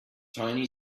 tiny